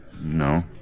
No